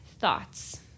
Thoughts